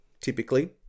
typically